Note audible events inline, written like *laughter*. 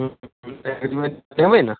*unintelligible* agreement देबै ने